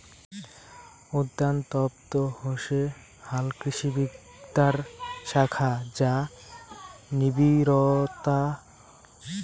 উদ্যানতত্ত্ব হসে হালকৃষিবিদ্যার শাখা যা নিবিড়ভাবত নানান উদ্যান শস্য আবাদত আলোচনা করাং